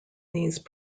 these